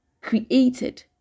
created